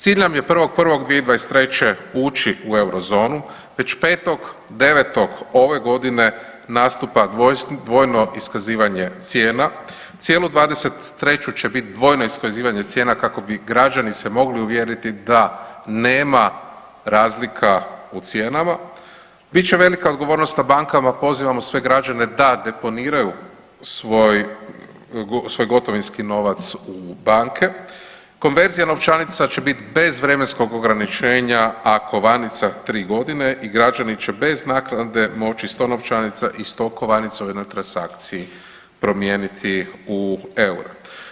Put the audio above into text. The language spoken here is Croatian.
Cilj nam je 1.1.2023. ući u Eurozonu, već 5.9. ove godine nastupa dvojno iskazivanje cijena, cijelu '23. će bit dvojno iskazivanje cijena kako bi se građani mogli uvjeriti da nema razlika u cijenama, bit će velika odgovornost na bankama, pozivamo sve građane da deponiraju svoj gotovinski novac u banke, konverzija novčanica će bit bez vremenskog ograničenja, a kovanica tri godine i građani će bez naknade moći sto novčanica i sto kovanica u jednoj transakciji promijeniti u eure.